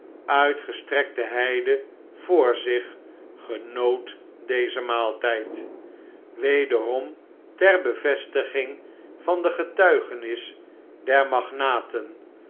uitgestrekte heide voor zich genoot dezen maaltij'd wederom ter bevestiging van de getuigenis der magnaten